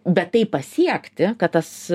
bet tai pasiekti kad tas